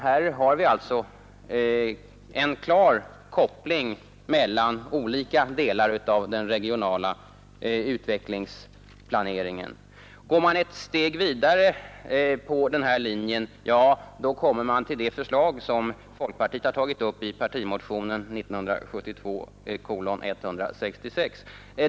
Här har vi alltså en klar koppling mellan olika delar av den regionala utvecklingsplaneringen. Går man ett steg vidare på denna linje, ja, då kommer man till det förslag som folkpartiet har tagit upp i partimotionen 166 år 1972.